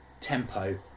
tempo